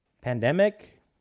pandemic